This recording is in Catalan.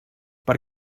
per